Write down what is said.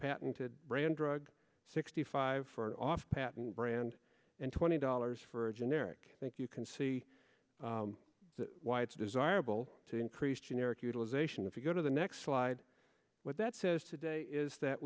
patented brand drug sixty five for off patent brand and twenty dollars as for a generic thank you can see why it's desirable to increase generic utilization if you go to the next slide what that says today is that